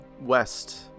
west